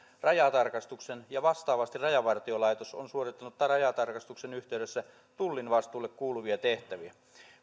rajatarkastuksen ja vastaavasti rajavartiolaitos on suorittanut rajatarkastuksen yhteydessä tullin vastuulle kuuluvia tehtäviä